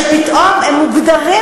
שפתאום הם מוגדרים